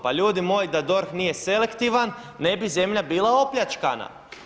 Pa ljudi moji, da DORH nije selektivan ne bi zemlja bila opljačkana.